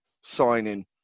signing